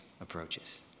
approaches